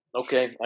Okay